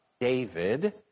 David